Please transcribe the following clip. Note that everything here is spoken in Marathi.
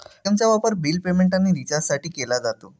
पे.टी.एमचा वापर बिल पेमेंट आणि रिचार्जसाठी केला जातो